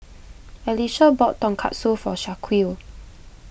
Alicia bought Tonkatsu for Shaquille